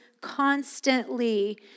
constantly